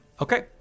Okay